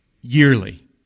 yearly